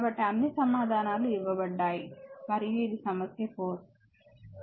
కాబట్టి అన్ని సమాధానాలు ఇవ్వబడ్డాయి మరియు ఇది సమస్య 4